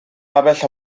aves